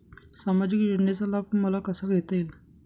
सामाजिक योजनेचा लाभ मला कसा घेता येईल?